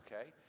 okay